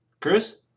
Cruz